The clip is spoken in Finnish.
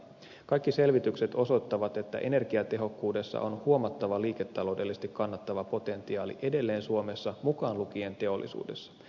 kaikki selvitykset osoittavat että energiatehokkuudessa on huomattava liiketaloudellisesti kannattava potentiaali edelleen suomessa mukaan lukien teollisuudessa